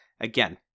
Again